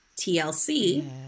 TLC